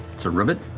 it's a robit?